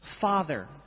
Father